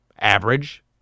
average